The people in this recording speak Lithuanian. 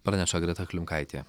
praneša greta klimkaitė